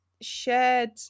shared